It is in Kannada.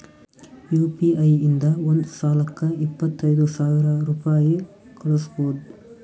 ಯು ಪಿ ಐ ಇಂದ ಒಂದ್ ಸಲಕ್ಕ ಇಪ್ಪತ್ತೈದು ಸಾವಿರ ರುಪಾಯಿ ಕಳುಸ್ಬೋದು